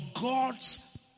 God's